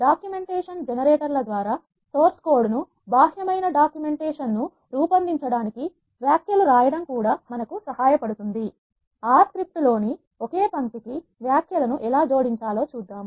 documentation జనరేటర్ల ద్వారా source code ను బాహ్యమైన డాక్యుమెంటేషన్ ను రూపొందించడానికి వ్యాఖ్యలు రాయడం కూడా మనకు సహాయపడుతుంది R స్క్రిప్ట్ లోని ఒకే పంక్తికి వ్యాఖ్యలను ఎలా జోడిం చా లో చూద్దాం